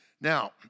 Now